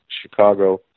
Chicago